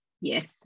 Yes